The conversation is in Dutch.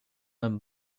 een